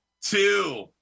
two